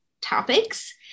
topics